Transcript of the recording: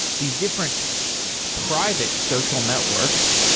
these different private social networks,